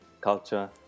culture